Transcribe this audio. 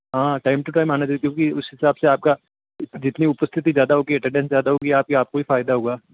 हाँ time to time आना जरूरी है क्योंकि उस हिसाब से आपका जितनी उपस्थिति ज़्यादा हो गई है अटेंडेंस ज़्यादा होगी आपकी आपको ही फायदा होगा